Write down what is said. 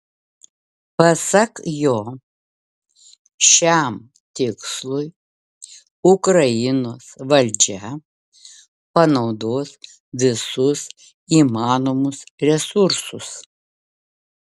pasak jo šiam tikslui ukrainos valdžia panaudos visus įmanomus resursus